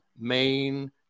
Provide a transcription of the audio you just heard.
main